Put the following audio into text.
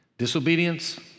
disobedience